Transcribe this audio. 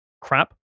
crap